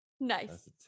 nice